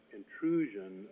intrusion